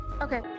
Okay